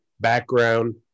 background